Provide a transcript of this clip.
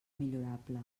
millorable